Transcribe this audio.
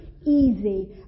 easy